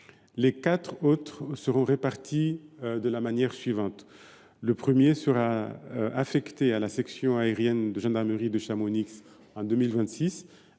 Les quatre autres seront répartis de la manière suivante : le premier sera affecté à la section aérienne de gendarmerie de Chamonix en 2026